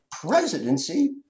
presidency